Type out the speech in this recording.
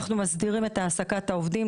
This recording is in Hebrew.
אנחנו מסדירים את העסקת העובדים,